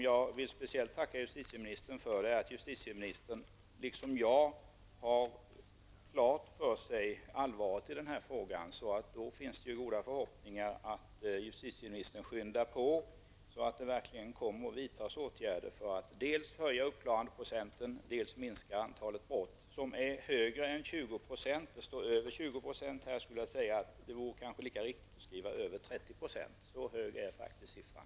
Jag vill speciellt tacka justitieministern för att justitieministern liksom jag har klart för sig allvaret i den här frågan. Då finns det goda förhoppningar om att justitieministern skyndar på detta så att det verkligen vidtas åtgärder för att dels höja uppklarandeprocenten, dels minska antalet brott. Detta antal är högre än 20 %. Det står i svaret att antalet är över 20 %, men det vore kanske lika riktigt att säga att siffran ligger över 30 %. Så hög är faktiskt siffran.